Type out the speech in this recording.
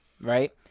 Right